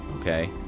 okay